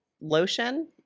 lotion